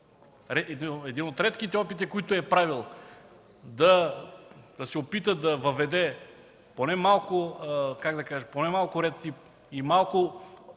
един от редките опити, които е правил да се опита да въведе поне малко ред и малко